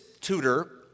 tutor